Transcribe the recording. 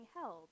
held